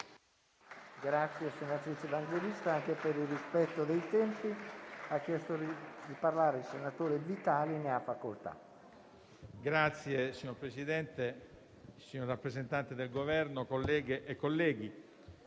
Signor Presidente, signor rappresentante del Governo, colleghe e colleghi,